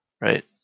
Right